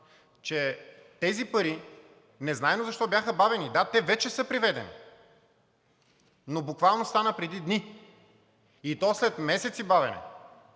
че тези пари, незнайно защо, бяха бавени – да, те вече са преведени, но буквално стана преди дни, и то след месеци бавене,